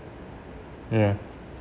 yeah cool